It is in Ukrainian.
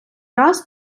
раз